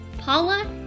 Paula